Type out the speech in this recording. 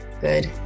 good